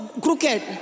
crooked